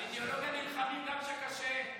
על אידיאולוגיה נלחמים גם כשקשה.